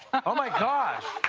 oh, my gosh